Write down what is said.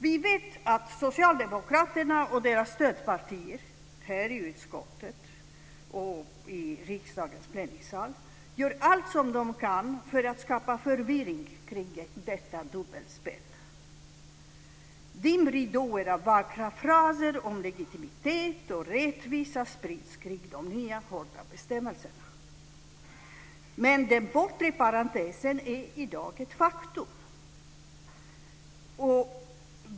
Vi vet att socialdemokraterna och deras stödpartier i utskottet och i riksdagens plenisal gör allt de kan för att skapa förvirring kring detta dubbelspel. Dimridåer av vackra fraser om legitimitet och rättvisa sprids kring de nya hårda bestämmelserna. Men den bortre parentesen är i dag ett faktum.